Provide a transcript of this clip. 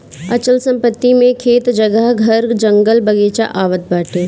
अचल संपत्ति मे खेत, जगह, घर, जंगल, बगीचा आवत बाटे